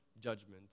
judgment